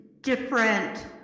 different